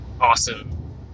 awesome